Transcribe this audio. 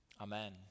Amen